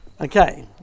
Okay